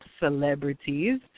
Celebrities